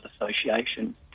Association